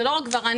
זה כבר לא רק אני,